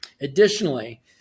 Additionally